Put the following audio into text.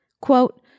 Quote